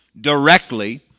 directly